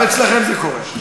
בוא, תן לה, גם אצלכם זה קורה.